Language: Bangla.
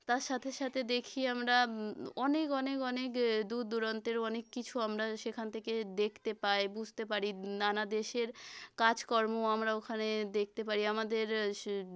তার সাথে সাথে দেখি আমরা অনেক অনেক অনেক দূর দূরন্তের অনেক কিছু আমরা সেখান থেকে দেখতে পাই বুঝতে পারি নানা দেশের কাজ কর্ম আমরা ওখানে দেখতে পারি আমাদের স